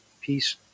peace